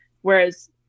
whereas